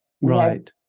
Right